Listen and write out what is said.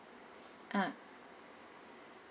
ah